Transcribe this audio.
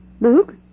Luke